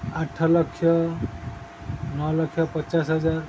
ଆଠ ଲକ୍ଷ ନଅ ଲକ୍ଷ ପଚାଶ ହଜାର